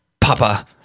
Papa